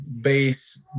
base